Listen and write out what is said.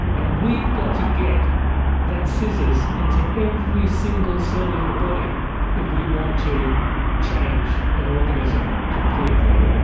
and we've got to get that scissors into every single cell in the body if we want to change an organism completely.